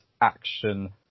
action